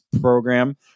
program